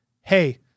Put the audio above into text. Hey